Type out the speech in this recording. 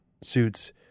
suits